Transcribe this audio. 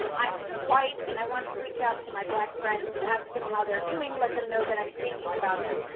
and i'm white and i want to reach out to my black friends to ask them how they're doing, let them know that i'm thinking about them.